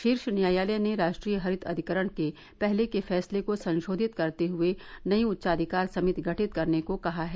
शीर्ष न्यायालय ने राष्ट्रीय हरित अधिकरण के पहले के फैसले को संशोधित करते हुए नई उच्चाधिकार समिति गठित करने को कहा है